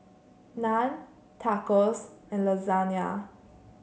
Naan Tacos and Lasagna